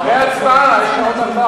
אחרי ההצבעה יש עוד,